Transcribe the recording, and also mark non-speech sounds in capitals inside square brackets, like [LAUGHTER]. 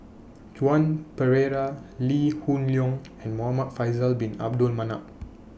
[NOISE] Joan Pereira Lee Hoon Leong and Muhamad Faisal Bin Abdul Manap